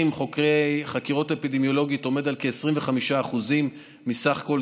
חקירות אפידמיולוגיות עומד על כ-25% מסך כל,